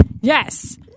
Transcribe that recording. Yes